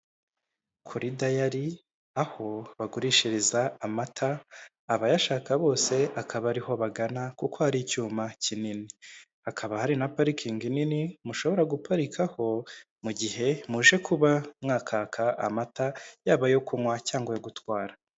Kuri dayari aho bagurishiriza amata, abayashaka bose akaba ari ho bagana kuko hari icyuma kinini. Hakaba hari na parikingi nini mushobora guparikaho mu gihe muje kuba mwakwaka amata, yaba ayo kunywa cyangwa ayo gutwara.